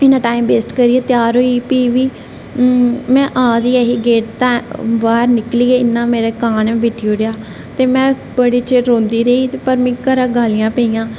इन्ना time waste करियै त्यार होई फ्ही बी में आ दी ही ते गेट दा बाहर निकली ते इन्ने मेरा कां ने मेरे पर बिट्ठी ओड़ेआ ते में बड़े चिर रौंदी रेही पर मिगी घरा गालियां पेइयां